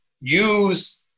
use